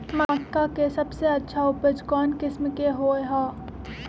मक्का के सबसे अच्छा उपज कौन किस्म के होअ ह?